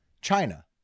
China